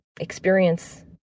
experience